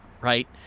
right